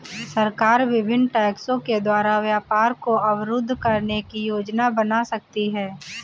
सरकार विभिन्न टैक्सों के द्वारा व्यापार को अवरुद्ध करने की योजना बना सकती है